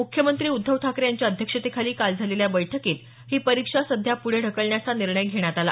मुख्यमंत्री उद्धव ठाकरे यांच्या अध्यक्षतेखाली काल झालेल्या बैठकीत ही परीक्षा सध्या पुढे ढकलण्याचा निर्णय घेण्यात आला